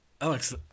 Alex